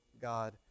God